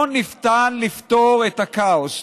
לא ניתן לפתור את הכאוס,